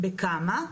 בכמה?